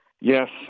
Yes